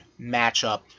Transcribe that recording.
matchup